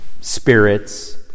spirits